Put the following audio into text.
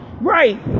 right